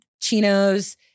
chinos